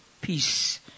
peace